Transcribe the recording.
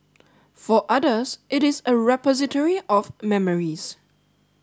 for others it is a repository of memories